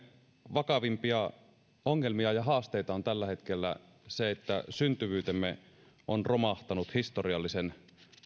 vakavimpia ongelmia ja haasteita on tällä hetkelä se että syntyvyytemme on romahtanut historiallisen